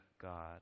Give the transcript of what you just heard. God